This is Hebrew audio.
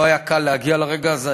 לא היה קל להגיע לרגע הזה.